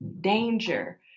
danger